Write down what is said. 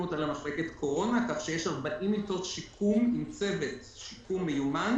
אותה למחלקת קורונה כך שיש 40 מיטות שיקום עם צוות שיקום מיומן